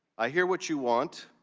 i hear what you want.